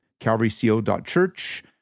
calvaryco.church